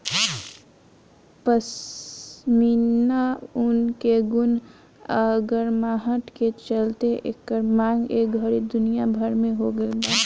पश्मीना ऊन के गुण आ गरमाहट के चलते एकर मांग ए घड़ी दुनिया भर में हो गइल बा